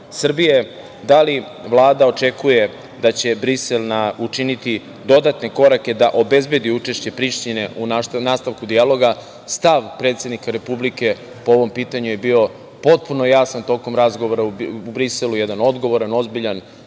Srbije, da li Vlada očekuje da će Brisel načiniti dodatne korake da obezbedi učešće Prištine u nastavku dijaloga? Stav predsednika po ovom pitanju je bio potpuno jasan tokom razgovora u Briselu, jedan odgovoran, ozbiljan,